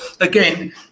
again